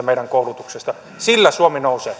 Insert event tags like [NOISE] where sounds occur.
[UNINTELLIGIBLE] meidän koulutuksesta sillä suomi nousee [UNINTELLIGIBLE]